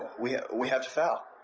we ah we have to foul.